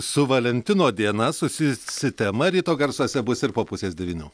su valentino diena susijusi tema ryto garsuose bus ir po pusės devynių